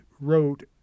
wrote